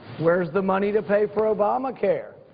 where's the money to pay for obamacare?